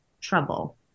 trouble